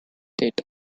death